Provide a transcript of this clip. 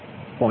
05 j0